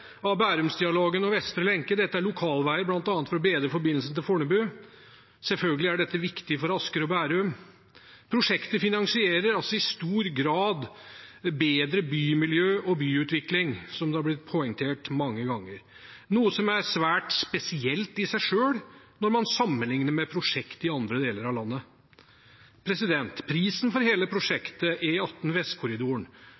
av Bærumsdialogen og Vestre lenke. Dette er lokalveier for bl.a. å bedre forbindelsen til Fornebu. Selvfølgelig er dette viktig for Asker og Bærum. Prosjektet finansierer i stor grad bedre bymiljø og byutvikling, som det har blitt poengtert mange ganger, noe som i seg selv er svært spesielt når man sammenligner med prosjekt i andre deler av landet. Prisen for hele